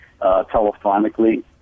telephonically